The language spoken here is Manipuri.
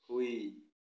ꯍꯨꯏ